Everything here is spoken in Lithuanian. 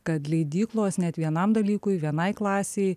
kad leidyklos net vienam dalykui vienai klasei